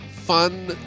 fun